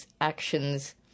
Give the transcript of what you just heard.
actions